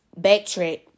backtrack